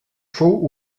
fou